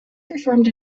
performed